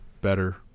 better